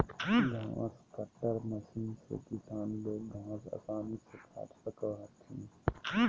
घास cutter machine से किसान लोग घास आसानी से काट सको हथिन